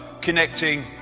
connecting